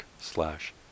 slash